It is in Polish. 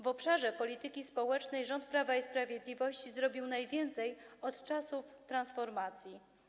W obszarze polityki społecznej rząd Prawa i Sprawiedliwości zrobił najwięcej od czasów transformacji.